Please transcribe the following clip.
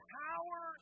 power